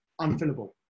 unfillable